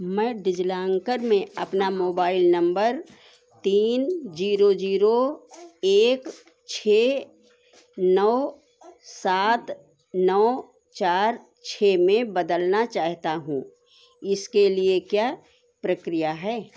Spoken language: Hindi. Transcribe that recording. मैं डिजिलांकर में अपना मोबाइल नम्बर तीन जीरो जीरो एक छः नौ सात नौ चार छः में बदलना चाहता हूँ इसके लिए क्या प्रक्रिया है